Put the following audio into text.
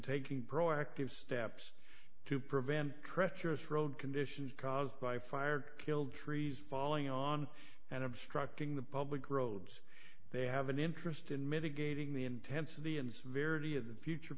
taking proactive steps to prevent treacherous road conditions caused by fire killed trees falling on and obstructing the public roads they have an interest in mitigating the intensity and verity of the future